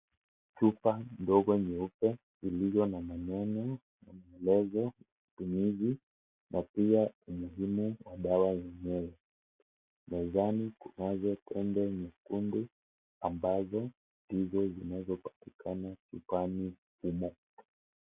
Chupa ndogo nyeupe, iliyo na maneno, maelezo, matumizi, na pia umuhimu wa dawa zenyenyewe. Mezani kunazo tembe nyekundu, ambazo ndizo zinazopatikana chupani humo.